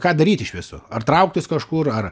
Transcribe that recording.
ką daryt iš viso ar trauktis kažkur ar